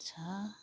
छ